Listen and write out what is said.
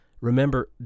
Remember